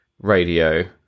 radio